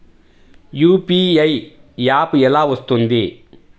UPI app ఎలా వస్తుంది?